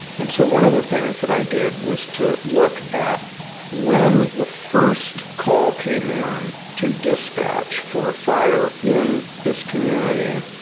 and so one of the things that i did was to look at when the first call came in to dispatch for a fire in this community,